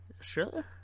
Australia